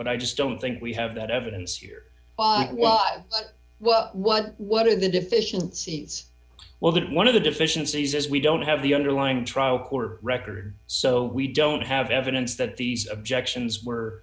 but i just don't think we have that evidence here well well what what are the deficiencies well one of the deficiencies as we don't have the underlying trial court record so we don't have evidence that these objections were